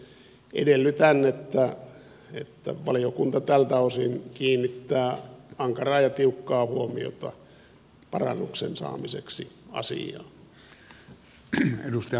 edellytän että valiokunta tältä osin kiinnittää ankaraa ja tiukkaa huomiota parannuksen saamiseksi asiaan